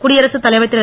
குடியரசுத் தலைவர் திரு